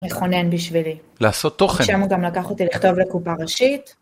מכונן בשבילי. לעשות תוכן. שם הוא גם לקח אותי לכתוב לקופה ראשית.